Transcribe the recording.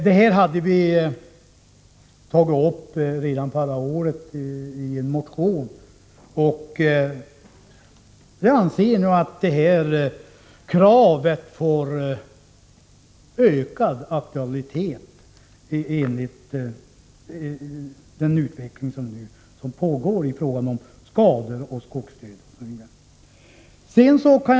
Det här problemet tog vi uppi en motion redan förra året och jag anser nog att det här kravet får ökad aktualitet med den utveckling som nu pågår i fråga om skador och skogsdöd osv.